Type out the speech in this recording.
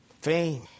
Fame